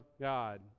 God